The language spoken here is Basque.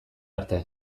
arte